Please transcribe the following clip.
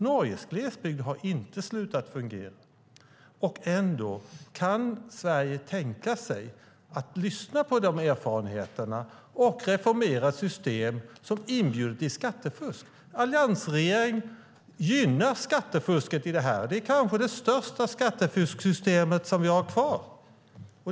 Norges glesbygd har inte slutat att fungera. Kan vi i Sverige tänka oss att lyssna på de erfarenheterna och reformera ett system som inbjuder till skattefusk? Alliansregeringen gynnar skattefusket. Det är kanske det största skattefusksystem vi har kvar.